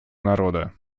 народа